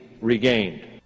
regained